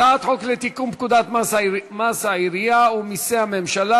הצעת חוק לתיקון פקודת מסי העירייה ומסי הממשלה